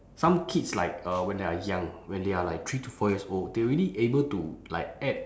some kids like uh when they are young when they are like three to four years old they already able to like add